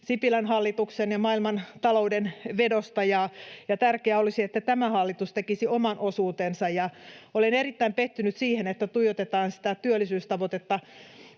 Sipilän hallituksen ja maailmantalouden vedosta, ja tärkeää olisi, että tämä hallitus tekisi oman osuutensa. Olen erittäin pettynyt siihen, että tuijotetaan sitä työllisyystavoitetta,